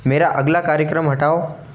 मेरा अगला कार्यक्रम हटाओ